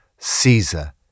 Caesar